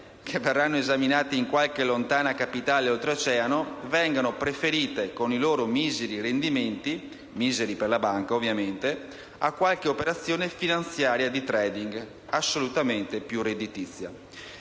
che verranno esaminate in qualche lontana capitale oltreoceano, vengano preferite, con i loro miseri rendimenti (miseri per la banca, ovviamente), a qualche operazione finanziaria di *trading*, assolutamente più redditizia?